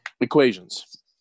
equations